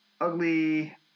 ugly